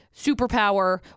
superpower